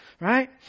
right